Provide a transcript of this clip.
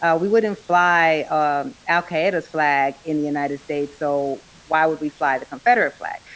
ah we wouldn't fly al-qaeda's flag in the united states, so why would we fly the confederate flag?